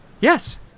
Yes